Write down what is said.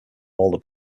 all